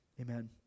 Amen